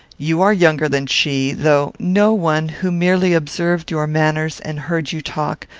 you are younger than she, though no one, who merely observed your manners and heard you talk,